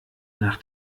nach